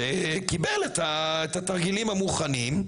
הוא קיבל את התרגילים המוכנים,